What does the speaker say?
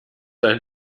ein